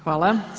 Hvala.